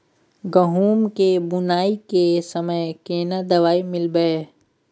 गहूम के बुनाई के समय केना दवाई मिलैबे?